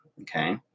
okay